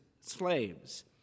slaves